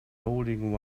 holding